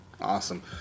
Awesome